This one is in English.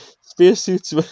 Spacesuits